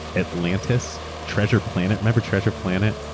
atlantis, treasure planet. remember treasure planet?